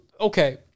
Okay